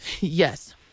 Yes